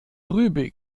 rübig